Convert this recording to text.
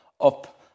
up